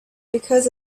because